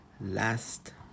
last